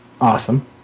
Awesome